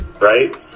right